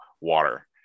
water